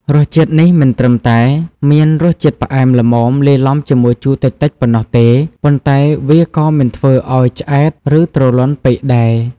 រសជាតិនេះមិនត្រឹមតែមានរសជាតិផ្អែមល្មមលាយឡំជាមួយជូរតិចៗប៉ុណ្ណោះទេ ប៉ុន្តែវាក៏មិនធ្វើឲ្យឆ្អែត ឬទ្រលាន់ពេកដែរ។